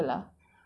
to